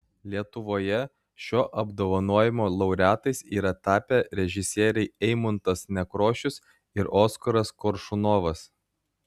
lietuvoje šio apdovanojimo laureatais yra tapę režisieriai eimuntas nekrošius ir oskaras koršunovas